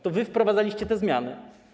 To wy wprowadzaliście te zmiany.